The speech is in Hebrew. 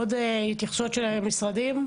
עוד התייחסויות של משרדים?